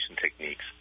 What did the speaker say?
techniques